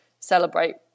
celebrate